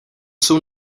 jsou